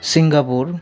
Singapore